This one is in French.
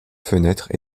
fenêtres